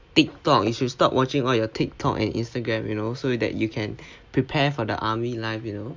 TikTok you should stop watching all your TikTok and Instagram you know so that you can prepare for the army life you know